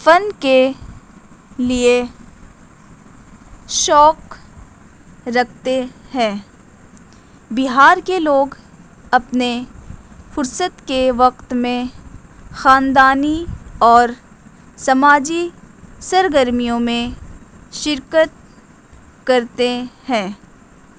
فن کے لیے شوق رکھتے ہیں بہار کے لوگ اپنے فرصت کے وقت میں خاندانی اور سماجی سرگرمیوں میں شرکت کرتے ہیں